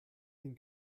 den